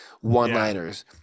one-liners